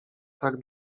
tak